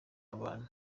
abantu